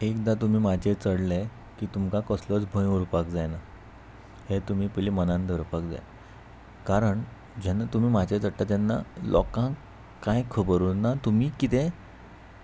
एकदां तुमी माचयेर चडलें की तुमकां कसलोच भंय उरपाक जायना हें तुमी पयलीं मनान धरपाक जाय कारण जेन्ना तुमी म्हाजें चडटा तेन्ना लोकांक कांय खबर उरना तुमी किदं